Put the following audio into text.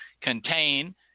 contain